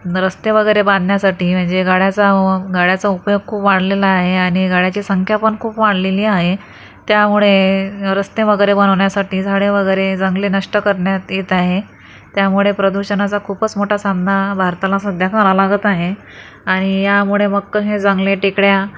रस्ते वगैरे बांधण्यासाठी म्हणजे गाड्याचा गाड्याचा उपयोग खूप वाढलेला आहे आणि गाड्याची संख्या पण खूप वाढलेली आहे त्यामुळे रस्ते वगैरे बनवण्यासाठी झाडे वगैरे जंगले नष्ट करण्यात येत आहे त्यामुळे प्रदूषणाचा खूपच मोठा सामना भारताला सध्या करावं लागत आहे आणि यामुळे मग कसे जंगले टेकड्या